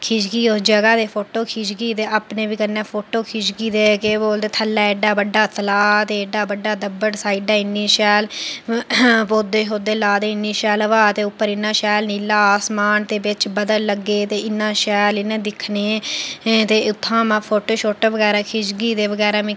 खिच्चगी उस जगह दे फोटो खिच्चगी ते अपने बी कन्नै फोटो खिच्चगी ते केह् बोलदे थल्लै एड्डा बड्डा तलाऽ ते एड्डा बड्डा दब्बड़ साइडें इन्नी शैल पौधे शोधे लाए दे इन्नी शैल हवा ते उप्पर इन्ना शैल नीला आसमान ते बिच्च बद्दल लग्गे दे इन्ना शैल इ'यां दिक्खने ई ते उत्थां में फोटो शोटो बगैरा खिच्चगी ते बगैरा में